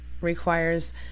requires